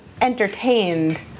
entertained